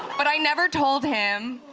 but i never told him,